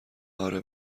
آره